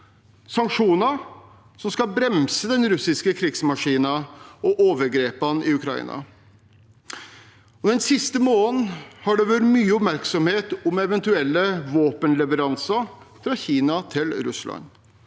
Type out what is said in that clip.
sanksjoner som skal bremse den russiske krigsmaskinen og overgrepene i Ukraina. Den siste måneden har det vært mye oppmerksomhet om eventuelle våpenleveranser fra Kina til Russland.